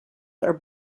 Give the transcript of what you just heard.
are